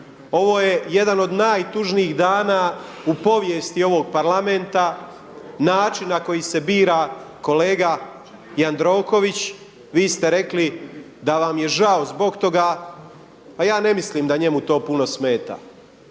ovo je jedan od najtužnijih dana u povijesti ovog Parlamenta način na koji se bira kolega Jandroković. Vi ste rekli da vam je žao zbog toga, a ja ne mislim da to njemu puno smeta.